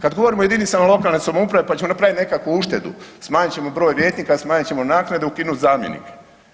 Kad govorimo o jedinicama lokalne samouprave pa ćemo napraviti nekakvu uštedu, smanjit ćemo broj vijećnika, smanjit ćemo naknade, ukinut zamjenike.